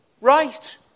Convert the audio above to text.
right